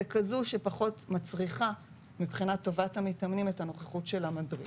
בכזו שפחות מצריכה מבחינת טובת המתאמנים את הנוכחות של המדריך.